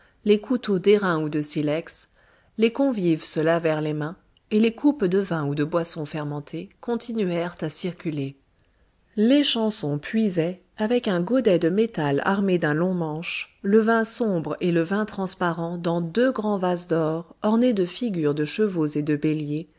les couteaux d'airain ou de silex les convives se lavèrent les mains et les coupes de vin ou de boisson fermentée continuèrent à circuler l'échanson puisait avec un godet de métal armé d'un long manche le vin sombre et le vin transparent dans deux grands vases d'or ornés de figures de chevaux et de béliers